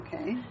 Okay